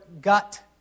gut